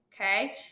Okay